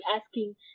asking